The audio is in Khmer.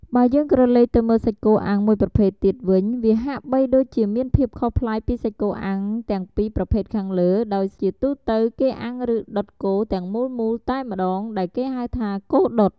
បើយើងក្រឡេកទៅមើលសាច់គោអាំងមួយប្រភេទទៀតវិញ វាហាក់បីដូចជាមានភាពខុសប្លែកពីសាច់គោអាំងទាំងពីរប្រភេទខាងលើ ដោយជាទូទៅគេអាំងឬដុតគោទាំងមូលៗតែម្ដង ដែលគេហៅថា គោដុត។